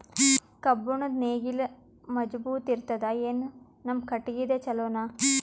ಕಬ್ಬುಣದ್ ನೇಗಿಲ್ ಮಜಬೂತ ಇರತದಾ, ಏನ ನಮ್ಮ ಕಟಗಿದೇ ಚಲೋನಾ?